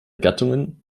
gattungen